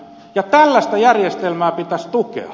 ja tällaista järjestelmää pitäisi tukea